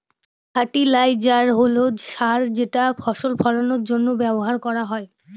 fertiliser হল সার যেটা ফসল ফলানের জন্য ব্যবহার করা হয়